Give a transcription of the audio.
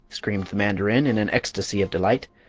screamed the mandarin, in an ecstasy of delight.